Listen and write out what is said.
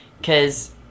Cause